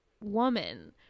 woman